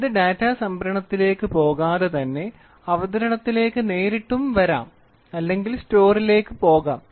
ഇത് ഡാറ്റ സംഭരണത്തിലേക്ക് പോകാതെ തന്നെ അവതരണത്തിലേക്ക് നേരിട്ട് വരാം അല്ലെങ്കിൽ സ്റ്റോറിലേക്ക് പോകാം